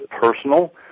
personal